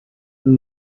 and